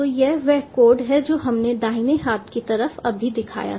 तो यह वह कोड है जो हमने दाहिने हाथ की तरफ अभी दिखाया था